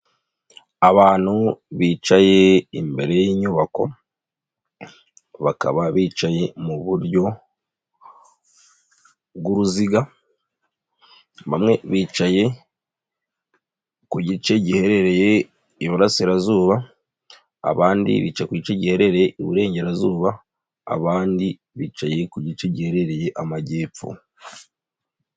Abantu bicaye imbere y'inyubako, bakaba bicaye mu buryo bw'uruziga. Bamwe bicaye ku gice giherereye Iburasirazuba, abandi bicaye ku gice giherereye Iburengerazuba, abandi bicaye ku gice giherereye Amajyepfo.